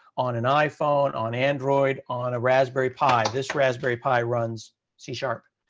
on an iphone, on android, on a raspberry pi. this raspberry pi runs c sharp.